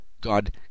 God